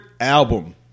album